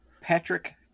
Patrick